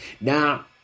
Now